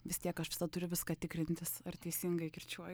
vis tiek aš visada turiu viską tikrintis ar teisingai kirčiuoju